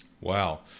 Wow